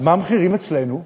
אז מה המחירים אצלנו?